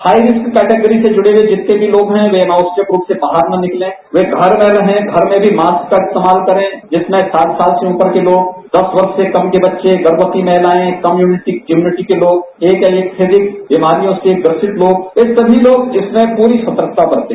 high risk category से जुड़े हुए जितने लोग है वे अनावश्यक रूप से बाहर न निकलें वे घर में रहें घर में भी मॉस्क का इस्तेमाल करें जिसमें साठ साल से उपर के लोग दस वर्ष से कम के बच्चे गर्मवती महिलायें कम इम्युनिटी के लोग एनेस्थ्रेटिक और बीमारियों से ग्रसित लोग ये सभी लोग इसमें सतर्कता बरतें